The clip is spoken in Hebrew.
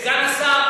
סגן השר,